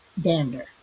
dander